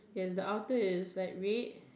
yes the outer is like red